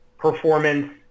performance